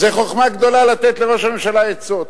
זו חוכמה גדולה לתת לראש הממשלה עצות.